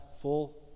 full